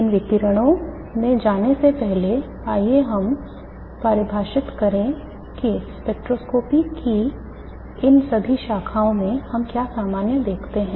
इन विवरणों में जाने से पहले आइए हम यह परिभाषित करें कि स्पेक्ट्रोस्कोपी की इन सभी शाखाओं में हम क्या सामान्य देखते हैं